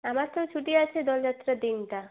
আমার তো ছুটি আছে দোলযাত্রার দিনটা